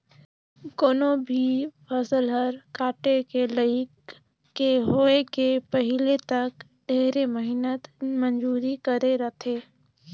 कोनो भी फसल हर काटे के लइक के होए के पहिले तक ढेरे मेहनत मंजूरी करे रथे